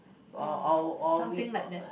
yeah something like that